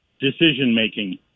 decision-making